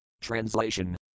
Translation